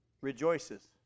rejoices